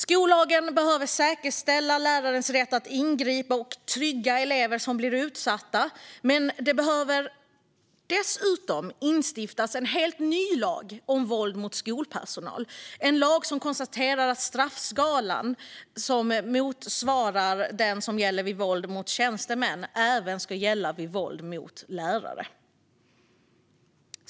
Skollagen behöver säkerställa lärarens rätt att ingripa och trygga elever som blir utsatta, men det behöver dessutom instiftas en helt ny lag om våld mot skolpersonal - en lag som konstaterar att en straffskala som motsvarar den som gäller vid våld mot tjänstemän även ska gälla vid våld mot lärare.